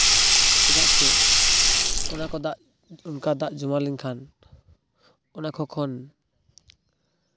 ᱪᱮᱫᱟᱜ ᱥᱮ ᱚᱱᱟᱠᱚ ᱫᱟᱜ ᱚᱱᱠᱟ ᱫᱟᱜ ᱡᱚᱢᱟ ᱞᱮᱱᱠᱷᱟᱱ ᱚᱱᱟᱠᱚ ᱠᱷᱚᱱ